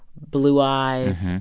blue eyes,